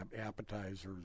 appetizers